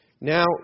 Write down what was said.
Now